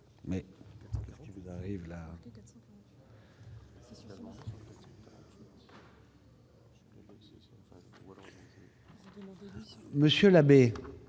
Monsieur Labbé,